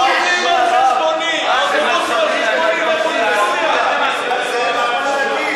אז אין לך מה להגיד?